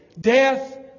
Death